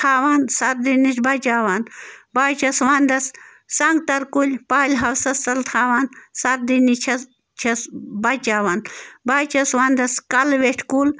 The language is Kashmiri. تھاوان سردی نِش بچاوان بہٕ حظ چھَس وَنٛدَس سنٛگتر کُلۍ پالہِ ہاوسَس تَل تھاوان سردی نِش چھَس چھَس بچاوان بہٕ حظ چھَس وَنٛدَس کَلہٕ ویٚٹھۍ کُل